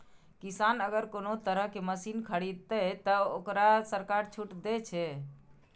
किसान अगर कोनो तरह के मशीन खरीद ते तय वोकरा सरकार छूट दे छे?